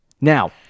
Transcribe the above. Now